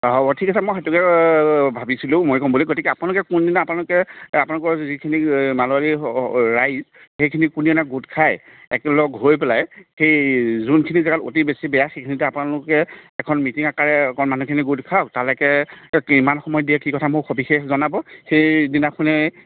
হ'ব ঠিক আছে মই ভাবিছিলোঁ মই ক'ম বুলি গতিকে আপোনালোকে কোনদিনা আপোনালোকে আপোনালোকৰ যিখিনি মাৰৱাৰী ৰাইজ সেইখিনি কোনদিনা গোট খায় একেলগ হৈ পেলাই এই যোনখিনি জেগাত অতি বেছি বেয়া সেইখিনিতে আপোনালোকে এখন মিটিং আকাৰে মানুহখিনি গোট খাওক তালৈকে কিমান সময়ত দিয়ে কি কথা মোক সবিশেষ জনাব সেই দিনাখনেই